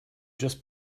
just